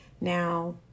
now